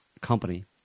company